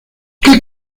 qué